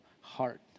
heart